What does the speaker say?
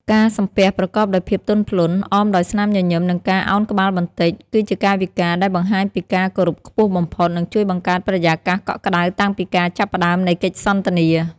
ការ"សំពះ" ប្រកបដោយភាពទន់ភ្លន់ អមដោយស្នាមញញឹម និងការអោនក្បាលបន្តិច គឺជាកាយវិការដែលបង្ហាញពីការគោរពខ្ពស់បំផុត និងជួយបង្កើតបរិយាកាសកក់ក្ដៅតាំងពីការចាប់ផ្ដើមនៃកិច្ចសន្ទនា។